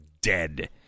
dead